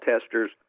testers